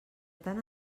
tant